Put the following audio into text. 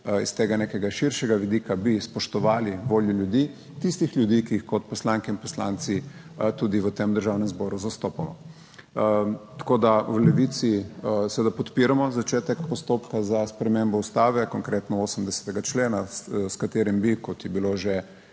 iz tega nekega širšega vidika bi spoštovali voljo ljudi, tistih ljudi, ki jih kot poslanke in poslanci tudi v tem Državnem zboru zastopamo. Tako, da v Levici seveda podpiramo začetek postopka za spremembo Ustave, konkretno 80. člena, s katerim bi, kot je bilo že